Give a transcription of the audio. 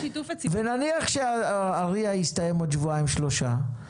ונניח שה-RIA יסתיים בעוד שבועיים או שלושה שבועות,